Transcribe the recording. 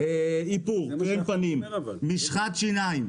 איפור, קרם פנים, משחת שיניים.